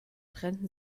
trennten